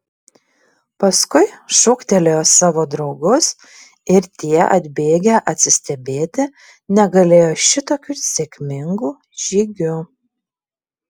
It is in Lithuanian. paskui šūktelėjo savo draugus ir tie atbėgę atsistebėti negalėjo šitokiu sėkmingu žygiu